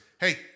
hey